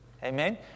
Amen